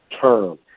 Term